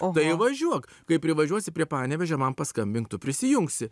tai važiuok kai privažiuosi prie panevėžio man paskambink tu prisijungsi